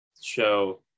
show